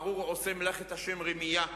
"ארור עושה מלאכת השם רמייה".